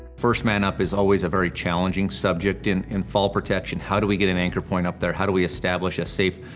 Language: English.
first man up is always a very challenging subject in and fall protection. how do we get an anchor point up there? how do we establish a safe